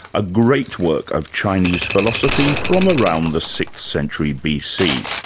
a great work of chinese philosophy from around the sixth century bc.